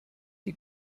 die